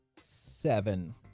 Seven